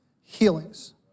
healings